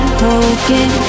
broken